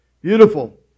beautiful